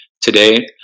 Today